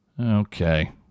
Okay